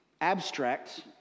abstract